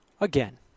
again